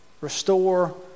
restore